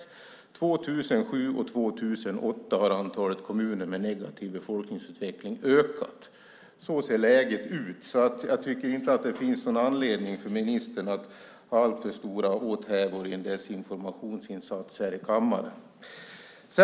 År 2007 och 2008 har antalet kommuner med negativ befolkningsutveckling ökat. Så ser läget ut. Jag tycker därför inte att ministern har någon anledning till alltför stora åthävor i en desinformationsinsats här i kammaren.